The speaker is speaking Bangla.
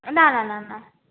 না না না না